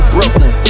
Brooklyn